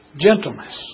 Gentleness